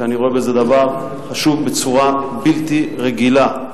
שאני רואה בזה דבר חשוב בצורה בלתי רגילה.